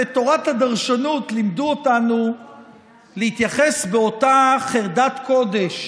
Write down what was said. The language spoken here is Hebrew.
בתורת הדרשנות לימדו אותנו להתייחס באותה חרדת קודש